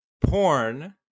porn